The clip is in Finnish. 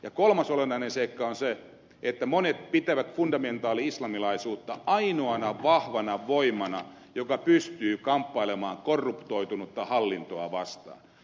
ja kolmas olennainen seikka on se että monet pitävät fundamentaali islamilaisuutta ainoana vahvana voimana joka pystyy kamppailemaan korruptoitunutta hallintoa vastaan